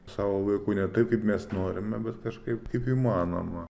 savo laiku ne taip kaip mes norime bet kažkaip kaip įmanoma